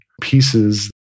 pieces